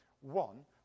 One